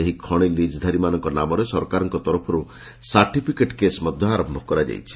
ଏହି ଖଶିଲିଜ୍ଧାରୀମାନଙ୍ ନାମରେ ସରକାରଙ୍କ ତରଫରୁ ସାର୍ଟିଫିକେଟ୍ କେଶ୍ ମଧ୍ୟ ଆରମ୍ଭ କରାଯାଇଛି